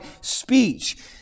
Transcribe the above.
speech